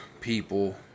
people